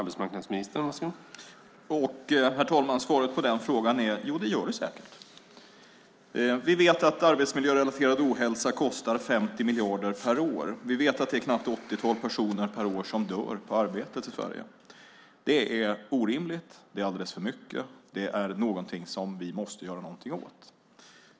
Herr talman! Svaret på den frågan är: Jo, det gör det säkert. Vi vet att arbetsmiljörelaterad ohälsa kostar 50 miljarder per år. Vi vet att ett knappt åttiotal personer per år dör på arbetet i Sverige. Det är orimligt. Det är alldeles för mycket. Det är någonting vi måste göra något åt.